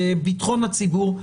בביטחון הציבור,